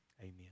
Amen